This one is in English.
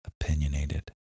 opinionated